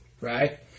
right